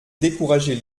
décourager